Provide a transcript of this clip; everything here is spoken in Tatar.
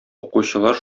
укучылар